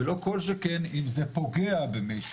ולא כל שכן אם זה פוגע במישהו,